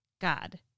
God